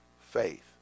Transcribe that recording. faith